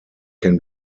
can